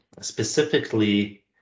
Specifically